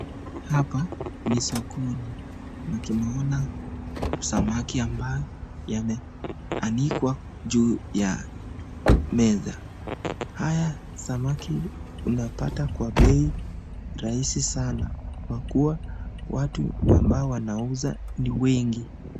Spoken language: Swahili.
Hapa ni sokoni na tunaona samaki ambao yameanikwa juu ya meza, haya samaki unapata kwa bei rahisi sana kwa kuwa watu ambao wanauza ni wengi sana.